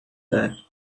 that